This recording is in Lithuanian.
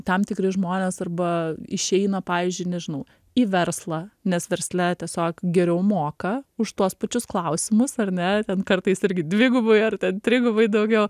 tam tikri žmonės arba išeina pavyzdžiui nežinau į verslą nes versle tiesiog geriau moka už tuos pačius klausimus ar ne ten kartais irgi dvigubai ar ten trigubai daugiau